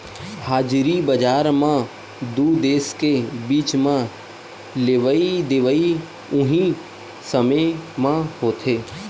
हाजिरी बजार म दू देस के बीच म लेवई देवई उहीं समे म होथे